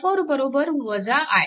i4 I